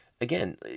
again